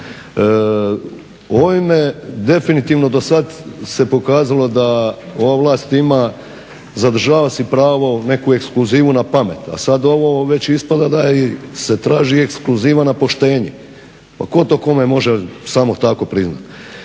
Ovime definitivno dosad se pokazalo da ova vlast ima, zadržava si pravo neku ekskluzivu na pamet. A sad ovo već ispada da se traži i ekskluziva na poštenje. Pa tko to kome može samo tako priznati?